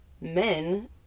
men